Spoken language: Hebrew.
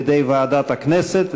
היא בידי ועדת הכנסת,